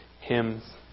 hymns